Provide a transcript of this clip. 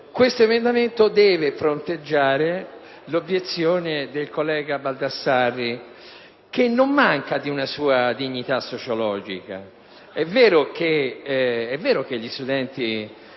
Questo emendamento deve fronteggiare l'obiezione del collega Baldassarri, che non manca di una sua dignità sociologica. È vero che gli studenti